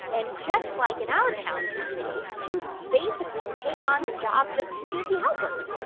and just like in our towns and cities, chimps basically take on the jobs of community helpers.